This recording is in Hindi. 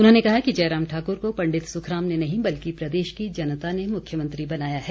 उन्होंने कहा कि जयराम ठाकुर को पंडित सुखराम ने नहीं बल्कि प्रदेश की जनता ने मुख्यमंत्री बनाया है